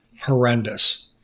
horrendous